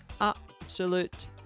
absolute